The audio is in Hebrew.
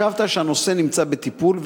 השבת שהנושא נמצא בטיפול,